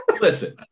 listen